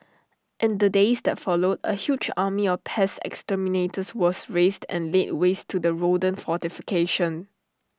in the days that followed A huge army of pest exterminators was raised and laid waste to the rodent fortification